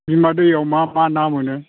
बिमा दैआव मा मा ना मोनो